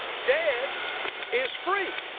dead is, free,